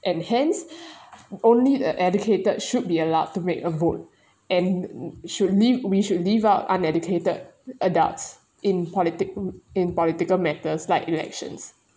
and hence only the educated should be allowed to make a vote and should leave we should leave out uneducated adults in politic in political matters like elections